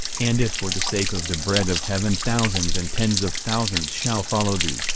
and if for the sake of the bread of heaven thousands and tens of thousands shall follow thee,